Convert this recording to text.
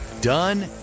done